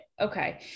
Okay